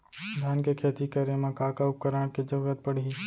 धान के खेती करे मा का का उपकरण के जरूरत पड़हि?